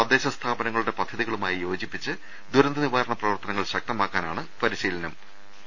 തദ്ദേശ സ്ഥാപനങ്ങളുടെ പദ്ധതികളുമായി യോജിപ്പിച്ച് ദുരന്ത നിവാരണ പ്രവർത്ത നങ്ങൾ ശക്തമാക്കാനാണ് പരിശീലനം സംഘടിപ്പിച്ചത്